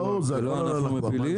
ברור, הכול על הלקוח.